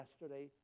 yesterday